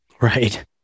Right